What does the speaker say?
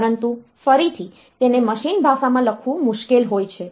પરંતુ ફરીથી તેને મશીન ભાષામાં લખવું મુશ્કેલ હોય છે